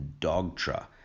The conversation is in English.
Dogtra